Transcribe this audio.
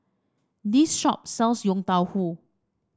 this shop sells Yong Tau Foo